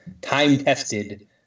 time-tested